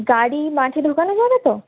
গাড়ি মাঠে ঢোকানো যাবে তো